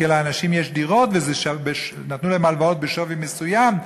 כי לאנשים יש דירות ונתנו להם הלוואות בשווי מסוים.